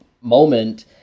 moment